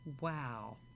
Wow